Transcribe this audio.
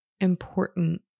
important